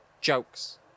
jokes